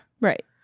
right